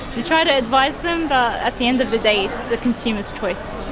you try to advise them but at the end of the day it's the consumer's choice,